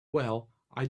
well—i